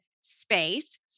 space